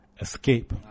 Escape